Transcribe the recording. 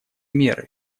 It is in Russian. меры